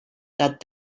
that